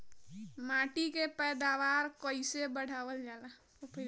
माटी के पैदावार कईसे बढ़ावल जाला?